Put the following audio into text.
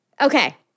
Okay